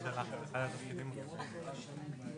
מבחינתנו אנחנו לא נגיש פניות כאלה שיש מקור אחד להרבה שימושים,